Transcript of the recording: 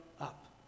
up